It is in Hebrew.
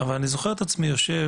אני זוכר את עצמי יושב,